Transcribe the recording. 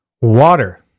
water